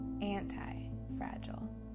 anti-fragile